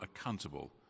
accountable